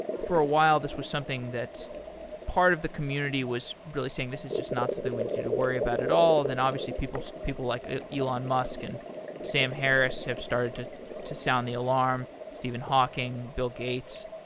for a while, this was something that part of the community was really saying, this is just not something we need to to worry about at all. then, obviously, people people like elon musk and sam harris have started to to sound the alarm, steven hawking, bill gates.